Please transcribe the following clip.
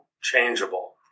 changeable